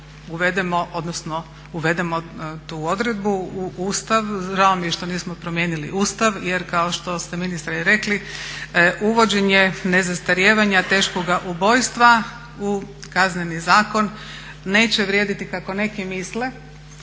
uvedemo tu odredbu u Ustav. Žao mi je što nismo promijenili Ustav jer kao što ste ministre i rekli, uvođenje nezastarijevanja teškoga ubojstva u Kazneni zakon neće vrijediti kako neki misle